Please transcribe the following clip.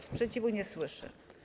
Sprzeciwu nie słyszę.